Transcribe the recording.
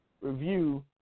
review